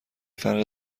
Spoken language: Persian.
فرق